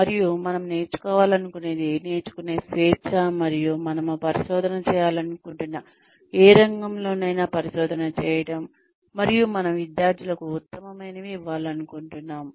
మరియు మనం నేర్చుకోవాలనుకునేదినేర్చుకునే స్వేచ్ఛ మరియు మనము పరిశోధన చేయాలనుకుంటున్న ఏ రంగంలోనైనా పరిశోధన చేయటం మరియు మన విద్యార్థులకు ఉత్తమమైనవి ఇవ్వాలనుకుంటున్నాము